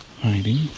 hiding